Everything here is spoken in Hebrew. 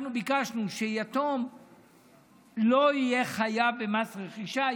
אנחנו ביקשנו שיתום לא יהיה חייב במס רכישה.